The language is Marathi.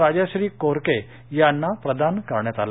राजश्री कोरके यांना प्रदान करण्यात आला